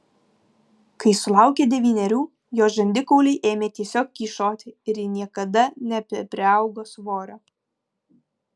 kai sulaukė devynerių jos žandikauliai ėmė tiesiog kyšoti ir ji niekada nebepriaugo svorio